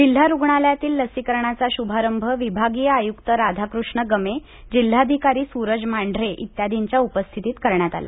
जिल्हा रुग्णालयातील लसीकरणाचा शुभारंभ विभागीय आयुक्त राधाकृष्ण गमे जिल्हाधिकारी सुरज मांढरे इत्यादिंच्या उपस्थितीत करण्यात आला